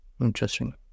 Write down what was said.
Interesting